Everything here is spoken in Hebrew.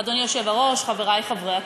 אדוני היושב-ראש, חברי חברי הכנסת,